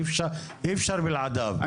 אי אפשר בלעדיו,